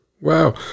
Wow